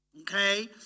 okay